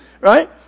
right